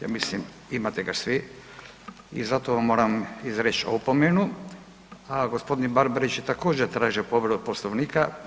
Ja mislim imate ga svi i zato vam moram izreći opomenu, a gospodin Barbarić je također tražio povredu Poslovnika.